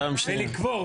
כדי לקבור את זה שם.